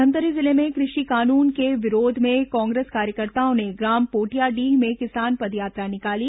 धमतरी जिले में कृषि कानून के विरोध में कांग्रेस कार्यकर्ताओं ने ग्राम पोटियाडीह में किसान पदयात्रा निकाली